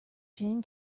chain